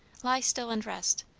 lie still and rest.